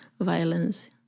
violence